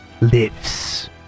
lives